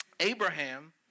Abraham